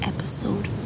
Episode